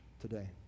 today